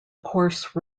course